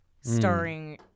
starring